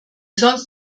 sonst